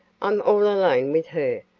i'm all alone with her.